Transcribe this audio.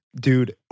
Dude